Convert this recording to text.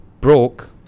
broke